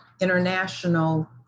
international